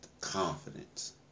confidence